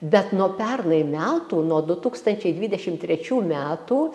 bet nuo pernai metų nuo du tūkstančiai dvidešim trečių metų